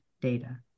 data